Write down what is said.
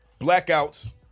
Blackouts